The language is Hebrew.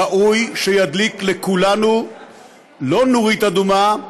ראוי שידליק לכולנו לא נורית אדומה,